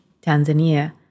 Tanzania